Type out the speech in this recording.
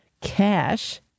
Cash